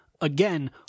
again